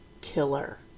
killer